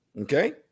okay